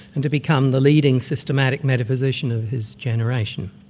and to become the leading systematic metaphysician of his generation.